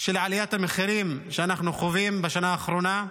של עליית מחירים שאנחנו חווים בשנה האחרונה,